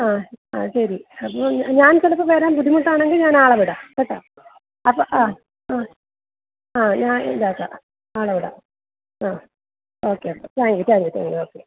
ആ ആ ശരി അപ്പോൾ ഞാൻ ചിലപ്പോൾ വരാൻ ബുദ്ധിമുട്ട് ആണെങ്കിൽ ഞാൻ ആളെ വിടാം കേട്ടോ അപ്പോൾ ആ ആ ആ ഞാൻ ഇതാക്കാം ആളെ വിടാം ആ okay okay thank you thank you thank you okay